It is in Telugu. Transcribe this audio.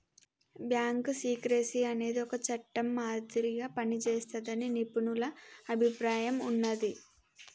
బ్యాంకు సీక్రెసీ అనేది ఒక చట్టం మాదిరిగా పనిజేస్తాదని నిపుణుల అభిప్రాయం ఉన్నాది